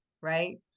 right